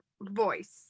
voice